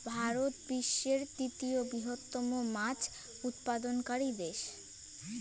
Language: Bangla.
ভারত বিশ্বের তৃতীয় বৃহত্তম মাছ উৎপাদনকারী দেশ